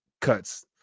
cuts